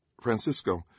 Francisco